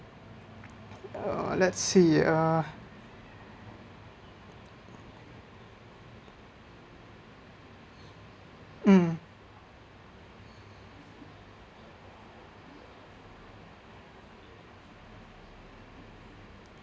let see uh um